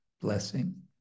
blessing